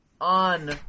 on